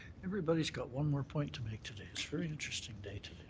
everybody's got one more point to make today. it's very interesting day